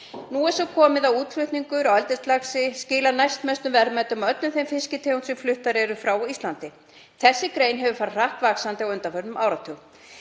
Nú er svo komið að útflutningur á eldislaxi skilar næstmestum verðmætum af öllum þeim fisktegundum sem fluttar eru frá Íslandi. Þessi atvinnugrein hefur farið hratt vaxandi á undanförnum áratug.